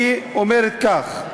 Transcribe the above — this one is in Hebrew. היא אומרת כך,